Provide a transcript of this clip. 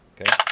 Okay